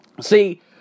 See